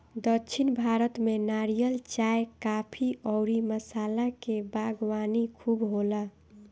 दक्षिण भारत में नारियल, चाय, काफी अउरी मसाला के बागवानी खूब होला